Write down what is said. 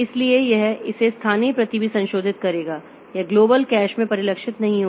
इसलिए यह इसे स्थानीय प्रति भी संशोधित करेगा यह ग्लोबल कैश में परिलक्षित नहीं होगा